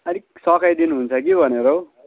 अलिक सघाइ दिनुहुन्छ कि भनेर हो